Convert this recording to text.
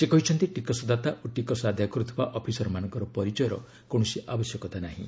ସେ କହିଛନ୍ତି ଟିକସଦାତା ଓ ଟିକସ ଆଦାୟ କରୁଥିବା ଅଫିସରମାନଙ୍କର ପରିଚୟର କୌଣସି ଆବଶ୍ୟକତା ନାହିଁ